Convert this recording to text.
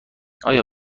آیا